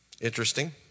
Interesting